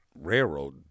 railroad